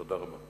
תודה רבה.